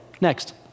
Next